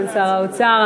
סגן שר האוצר,